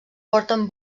porten